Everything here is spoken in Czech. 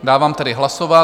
Dávám tedy hlasovat.